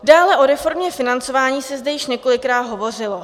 Dále o reformě financování se zde již několikrát hovořilo.